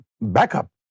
backup